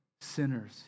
sinners